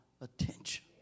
attention